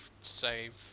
save